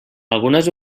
algunes